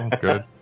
Good